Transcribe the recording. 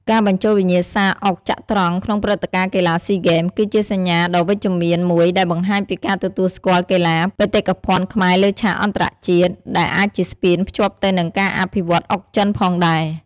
ការបញ្ចូលវិញ្ញាសាអុកចត្រង្គក្នុងព្រឹត្តិការណ៍កីឡាស៊ីហ្គេម គឺជាសញ្ញាដ៏វិជ្ជមានមួយដែលបង្ហាញពីការទទួលស្គាល់កីឡាបេតិកភណ្ឌខ្មែរលើឆាកអន្តរជាតិ ដែលអាចជាស្ពានភ្ជាប់ទៅនឹងការអភិវឌ្ឍន៍អុកចិនផងដែរ។